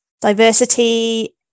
diversity